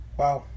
wow